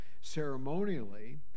ceremonially